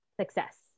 success